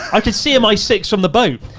i could see m i six from the boat.